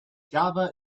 java